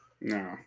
No